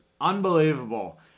unbelievable